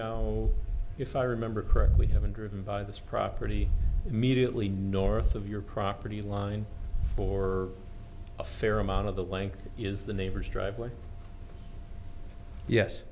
know if i remember correctly have been driven by this property immediately north of your property line for a fair amount of the length is the neighbor's driveway yes